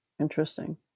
Interesting